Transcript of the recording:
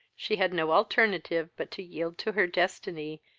she had no alternative but to yield to her destiny,